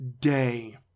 day